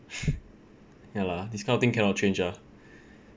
ya lah this kind of thing cannot change ah